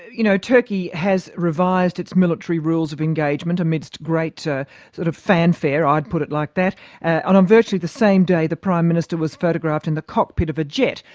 you know, turkey has revised its military rules of engagement amidst great sort of fanfare i'd put it like that and on um virtually the same day, the prime minister was photographed in the cockpit of a jet.